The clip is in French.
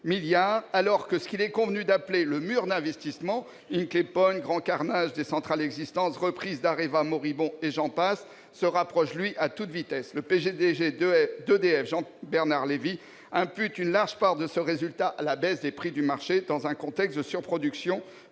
alors que ce qu'il est convenu d'appeler le mur d'investissement- Hinkley Point, grand carénage des centrales existantes, reprise d'Areva moribonde, et j'en passe -se rapproche, lui, à toute vitesse. Le PDG d'EDF, Jean-Bernard Lévy, impute une large part de ce résultat à la baisse des prix du marché, dans un contexte de surproduction